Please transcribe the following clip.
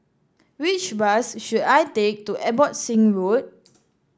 which bus should I take to Abbotsingh Road